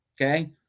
Okay